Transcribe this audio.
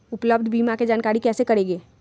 उपलब्ध बीमा के जानकारी कैसे करेगे?